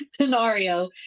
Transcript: scenario